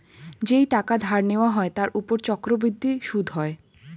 যেই টাকা ধার নেওয়া হয় তার উপর চক্রবৃদ্ধি সুদ হয়